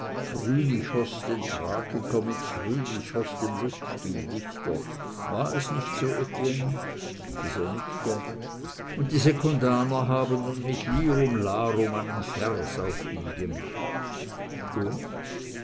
den tragiker mit phrynichos dem lustspieldichter war es nicht so etienne dieser nickte und die sekundaner haben nun mit lirum larum einen vers auf ihn gemacht und